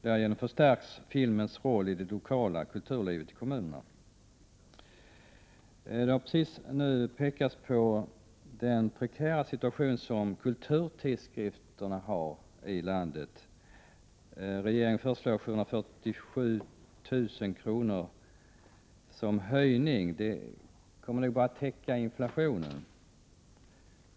Därmed förstärks filmens roll i det lokala kulturlivet i kommunerna. Det har nyss pekats på den prekära situation som landets kulturtidskrifter befinner sig i. Regeringen föreslår en höjning med 747 000 kr., vilket nog bara täcker inflationen.